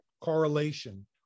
correlation